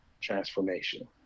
transformation